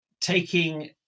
taking